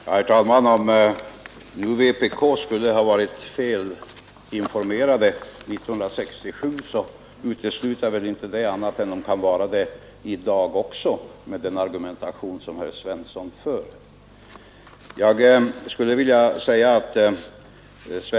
Herr talman! Om nu vpk skulle ha varit fel informerat 1967, kan det väl inte heller uteslutas, med den argumentation som herr Svensson i Malmö för, att så också kan vara fallet i dag.